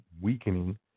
weakening